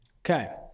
Okay